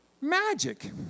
magic